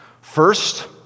First